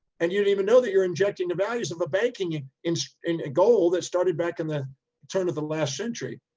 and you didn't even know that you're injecting the values of the banking in so in a goal that started back in the turn of the last century.